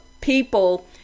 people